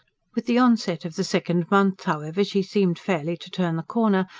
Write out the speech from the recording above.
with the inset of the second month, however, she seemed fairly to turn the corner,